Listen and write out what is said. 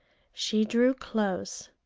she drew close,